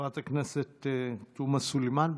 חברת הכנסת תומא סלימאן,